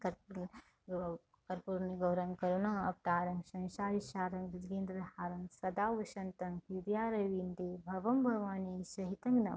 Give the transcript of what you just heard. करते तो कर्पूर गौरम करुणा अवतारम संसार सारं भुजगेन्द्र हारम सदा वशंतन हृदयारविंदे भवम भवानी सहितं नमामी